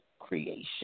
creation